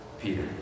Peter